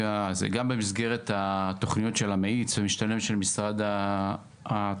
במסגרת התוכניות של "המאיץ" או "המשתלם" של משרד התחבורה